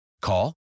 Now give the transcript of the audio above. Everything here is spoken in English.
Call